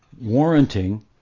warranting